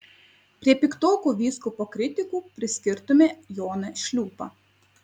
prie piktokų vyskupo kritikų priskirtume joną šliūpą